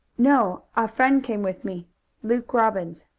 no. a friend came with me luke robbins.